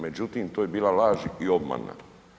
Međutim, to je bila laž i obmana.